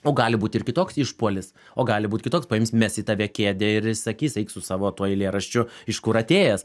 nu gali būt ir kitoks išpuolis o gali būt kitoks paims mes į tave kėdę ir sakys eik su savo tuo eilėraščiu iš kur atėjęs